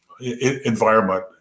environment